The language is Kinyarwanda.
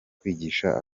kwigisha